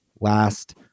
last